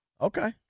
Okay